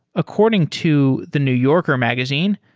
according to the new yorker magazine,